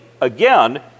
again